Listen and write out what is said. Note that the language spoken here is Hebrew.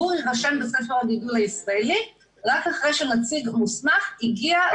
גור יירשם בספר הגידול הישראלי רק אחרי שנציג מוסמך הגיע,